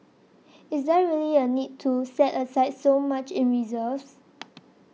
is there really a need to set aside so much in reserves